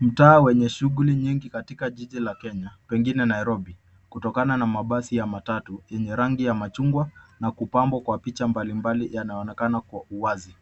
Mtaa wenye shughuli nyingi katika jiji la Kenya pengine Nairobi kutokana na mabasi ya matatu yenye rangi ya machungwa na kupambwa kwa picha mbalimbali yanaonekana kwa uwazi.